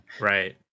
right